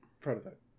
Prototype